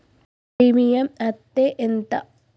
Premium అత్తే ఎంత?